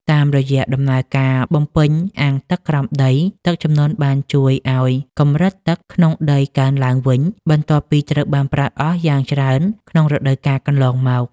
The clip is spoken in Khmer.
តាមរយៈដំណើរការបំពេញអាងទឹកក្រោមដី ទឹកជំនន់បានជួយឱ្យកម្រិតទឹកក្នុងដីកើនឡើងវិញ បន្ទាប់ពីត្រូវបានប្រើប្រាស់អស់យ៉ាងច្រើនក្នុងរដូវកាលកន្លងមក។